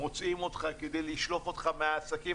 מוצאים אותך כדי לשלוף אותך מהעסקים